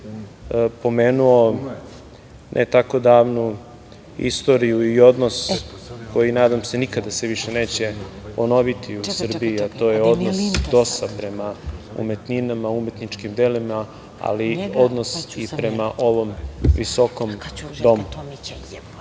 pomenuo ne tako davnu istoriju i odnos koji nadam se nikada se više neće ponoviti u Srbiji, a to je odnos DOS-a prema umetninama, umetničkim delima, ali i odnos i prema ovom visokom domu. Ono